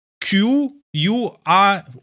Q-U-R